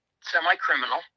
semi-criminal